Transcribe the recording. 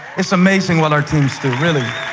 it's amazing what our teams do. really.